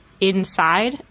inside